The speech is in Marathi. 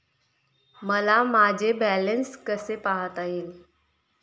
मला माझे बॅलन्स कसे पाहता येईल?